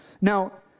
Now